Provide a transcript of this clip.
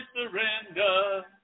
surrender